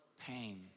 pain